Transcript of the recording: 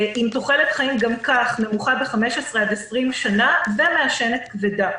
עם תוחלת חיים גם כך נמוכה ב-15 20 שנה ומעשנת כבדה.